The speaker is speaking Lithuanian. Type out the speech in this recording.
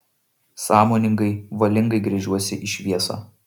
sąmoningai valingai gręžiuosi į šviesą